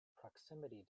proximity